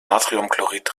natriumchlorid